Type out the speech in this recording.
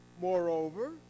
Moreover